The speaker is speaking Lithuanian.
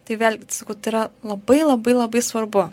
tai vėlgi sakau tai yra labai labai labai svarbu